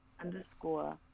underscore